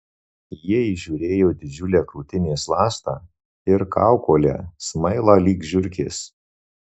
jie įžiūrėjo didžiulę krūtinės ląstą ir kaukolę smailą lyg žiurkės